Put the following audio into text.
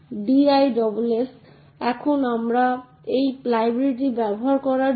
সুতরাং এটি নিশ্চিত করবে যে একটি অ্যাপ্লিকেশন সর্বদা সমগ্র হার্ডওয়্যার ব্যবহার করে না